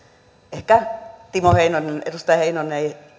ehkä edustaja timo heinonen ei